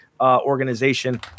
organization